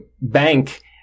bank